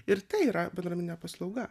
ir tai yra bendruomeninė paslauga